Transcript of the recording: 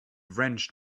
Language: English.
wrenched